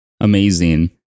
Amazing